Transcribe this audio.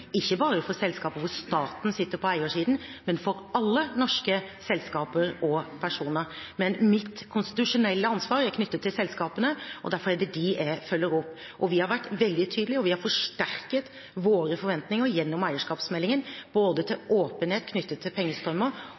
ikke bare for selskaper hvor staten sitter på eiersiden, men for alle norske selskaper og personer. Men mitt konstitusjonelle ansvar er knyttet til selskapene, derfor er det dem jeg følger opp. Vi har vært veldig tydelige, og vi har forsterket våre forventninger gjennom eierskapsmeldingen både til åpenhet knyttet til pengestrømmer